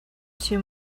two